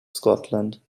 scotland